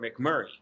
McMurray